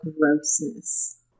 grossness